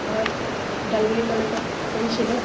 মই ওদালগুৰি কলেজত পঢ়িছিলোঁ